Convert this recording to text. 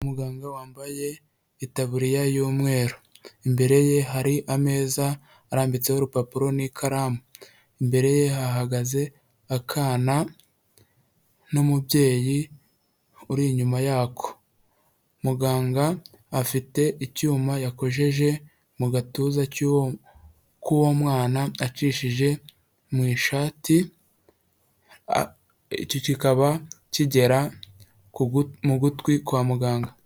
Umuganga wambaye itaburiya y'umweru; imbere ye hari ameza arambitseho urupapuro n'ikaramu, imbere ye hahagaze akana n'umubyeyi uri inyuma yako, muganga afite icyuma yakojeje mu gatuza k'uwo mwana acishije mu ishati, icyo kikaba kigera mu gutwi kwa muganga.